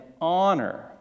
honor